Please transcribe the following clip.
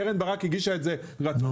קרן ברק הגישה את זה בחוק,